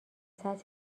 سطری